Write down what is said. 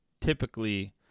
typically